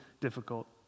difficult